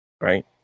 right